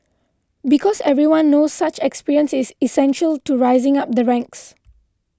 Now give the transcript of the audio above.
because everyone knows such experience is essential to rising up the ranks